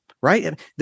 right